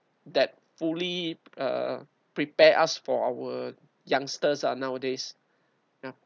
that fully uh prepare us for our youngsters ah nowadays ya